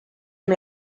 amb